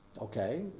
Okay